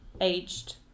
aged